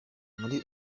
muri